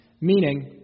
Meaning